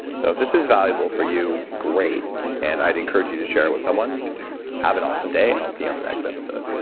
so if this is valuable for you, great and i'd encourage you to share it with someone have an awesome day and i'll see you on the next episode